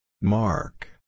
Mark